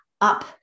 up